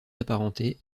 apparentés